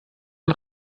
man